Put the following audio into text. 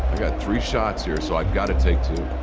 got three shots here, so i've got to take two.